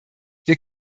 wir